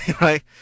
Right